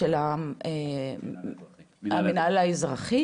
של המינהל האזרחי,